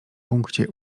punkcie